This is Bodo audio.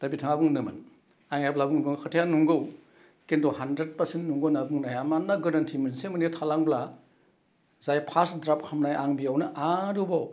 दा बिथाङा बुंदोंमोन आइ एब्ला खोथाया नोंगौ खिन्थु हान्द्रेड पार्सेन्ट नोंगौ होन्ना बुंनाया मानोना गोरोन्थि मोनसे मोननैया थालांब्ला जाय फार्स ड्राफ्ट खालामनाय आं बेयावनो आरोबाव